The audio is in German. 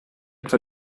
etwa